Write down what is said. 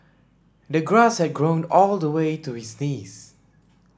the grass had grown all the way to his knees